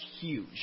huge